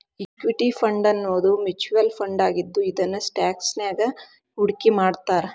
equity ಫಂಡನ್ನೋದು mutual ಫಂಡಾಗಿದ್ದು ಇದನ್ನ ಸ್ಟಾಕ್ಸ್ನ್ಯಾಗ್ ಹೂಡ್ಕಿಮಾಡ್ತಾರ